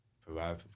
Provide